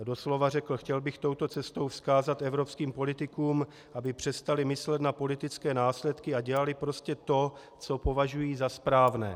A doslova řekl: Chtěl bych touto cestou vzkázat evropským politikům, aby přestali myslet na politické následky a dělali prostě to, co považují za správné.